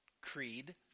creed